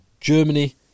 Germany